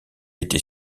était